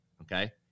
Okay